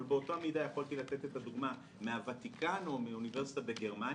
אבל באותה מידה יכולתי לתת את הדוגמה מהוותיקן או מאוניברסיטה בגרמניה,